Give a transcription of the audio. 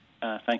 thank